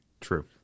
True